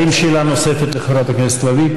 האם יש שאלה נוספת לחברת הכנסת לביא?